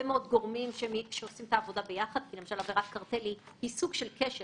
מאוד גורמים שעושים את העבודה ביחד - למשל עבירת קרטל היא סוג של קשר,